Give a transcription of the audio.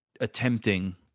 attempting